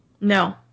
No